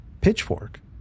pitchfork